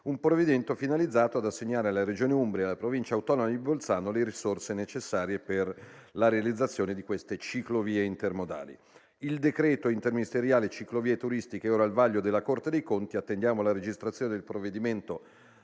un provvedimento finalizzato ad assegnare alla Regione Umbria e alla Provincia autonoma di Bolzano le risorse necessarie per la realizzazione di queste ciclovie intermodali. Il decreto interministeriale ciclovie turistiche è ora al vaglio della Corte dei conti; attendiamo la registrazione del provvedimento